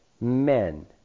men